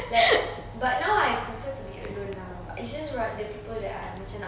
like but now I prefer to be alone ah but it's just ri~ the people that I macam nak